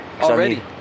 Already